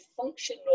function